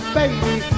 baby